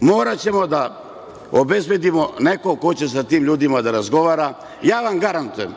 Moraćemo da obezbedimo nekog ko će sa tim ljudima da razgovara. Ja vam garantujem